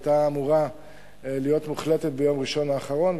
היו אמורים להחליט עליה ביום ראשון האחרון,